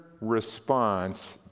response